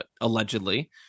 allegedly